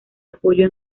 apoyo